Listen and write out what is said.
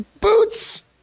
boots